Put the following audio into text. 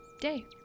day